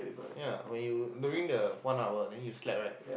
ya when you during the one hour then you slept right